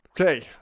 okay